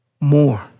more